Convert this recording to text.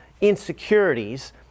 insecurities